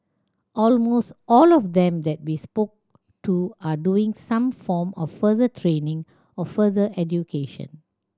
almost all of them that we spoke to are doing some form of further training or further education